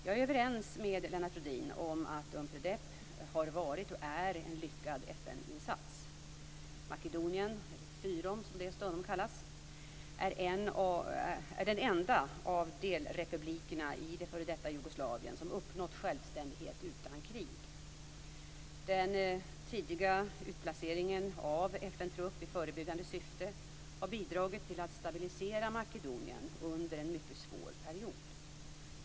Jag är överens med Lennart Rohdin om att Unpredep har varit och är en lyckad FN-insats. Makedonien är den enda av delrepublikerna i det f.d. Den tidiga utplaceringen av FN-trupp i förebyggande syfte har bidragit till att stabilisera Makedonien under en mycket svår period.